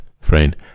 friend